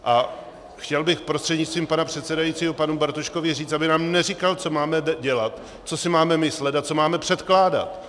A chtěl bych prostřednictvím pana předsedajícího panu Bartoškovi říct, aby nám neříkal, co máme dělat, co si máme myslet a co máme předkládat.